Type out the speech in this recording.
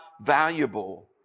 valuable